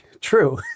true